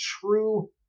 true